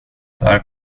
där